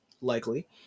likely